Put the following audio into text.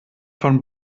von